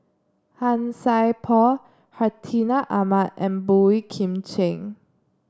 Han Sai Por Hartinah Ahmad and Boey Kim Cheng